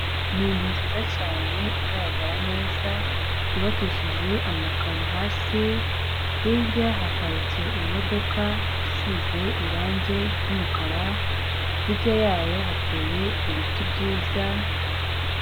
Ni inzu nziza cyane igaragara neza yubakishije amakaro hasi, hirya haparitse imodoka isize irangi ry'umukara hirya yayo hateye ibiti byiza.